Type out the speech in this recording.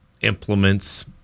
implements